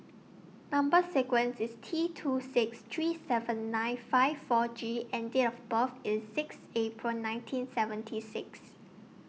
Number sequence IS T two six three seven nine five four G and Date of birth IS six April nineteen seventy six